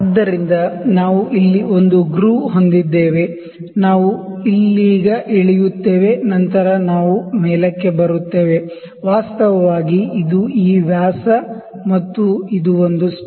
ಆದ್ದರಿಂದ ನಾವು ಇಲ್ಲಿ ಒಂದು ಗ್ರೂವ್ ಹೊಂದಿದ್ದೇವೆ ನಾವು ಇದರ ಬಗ್ಗೆ ಚರ್ಚಿಸುತ್ತೇವೆ ವಾಸ್ತವವಾಗಿ ಇದು ಈ ವ್ಯಾಸ ಮತ್ತು ಇದು ಒಂದು ಸ್ಟೆಪ್